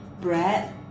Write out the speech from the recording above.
bread